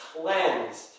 cleansed